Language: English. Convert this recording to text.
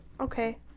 Okay